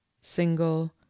single